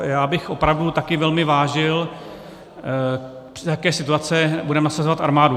Já bych opravdu taky velmi vážil, za jaké situace budeme nasazovat armádu.